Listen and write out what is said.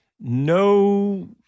no